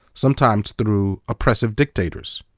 sometimes through oppressive dictators.